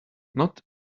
not